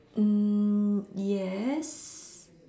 mm yes